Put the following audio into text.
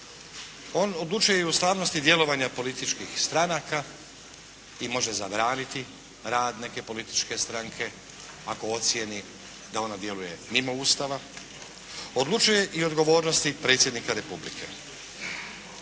On odlučuje i o ustavnosti djelovanja političkih stranaka i može zabraniti rad neke političke stranke ako ocijeni da ona djeluje mimo Ustava, odlučuje i o odgovornosti Predsjednika Republike.